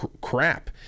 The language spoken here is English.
crap